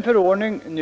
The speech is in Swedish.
av nu gällande regler.